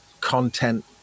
content